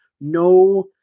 no